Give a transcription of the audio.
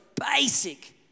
basic